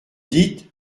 dites